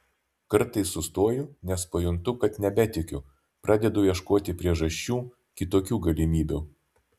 kartais sustoju nes pajuntu kad nebetikiu pradedu ieškoti priežasčių kitokių galimybių